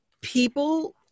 people